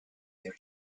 their